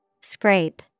Scrape